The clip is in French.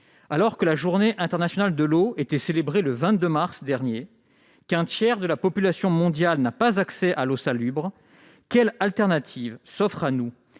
Alors que la journée internationale de l'eau était célébrée le 22 mars dernier et qu'un tiers de la population mondiale n'a pas accès à l'eau potable, quelles autres possibilités s'offrent à nous